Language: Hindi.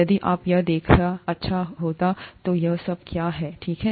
यदि आप यह देखना अच्छा होगा कि यह सब क्या है ठीक है